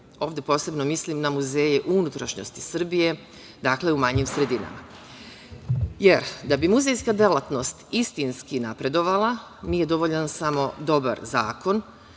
Ovde posebno mislim na muzeje u unutrašnjosti Srbije, dakle, u manjim sredinama. Da bi muzejska delatnost istinski napredovala, nije dovoljan samo dobar zakon,